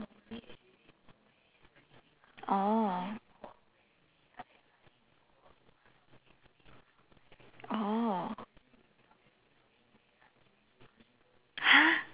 oh oh !huh!